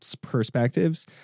perspectives